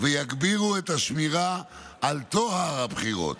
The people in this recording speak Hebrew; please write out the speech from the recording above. ויגבירו את השמירה על טוהר הבחירות.